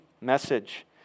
message